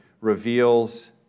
reveals